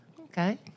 Okay